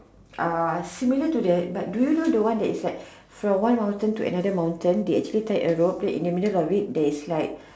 uh similar to that but do you know that from one mountain to another mountain they actually tie a rope in the middle of it that's like